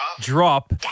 drop